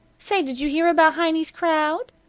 say, did you hear about heiny's crowd?